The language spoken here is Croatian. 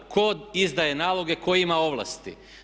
Tko izdaje naloge i tko ima ovlasti?